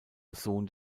sohn